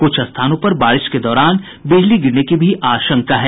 कुछ स्थानों पर बारिश के दौरान बिजली गिरने की भी आशंका है